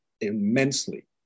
immensely